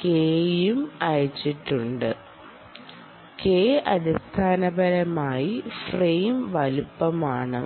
K യും അയച്ചിട്ടുണ്ട് K അടിസ്ഥാനപരമായി ഫ്രെയിം വലുപ്പമാണ്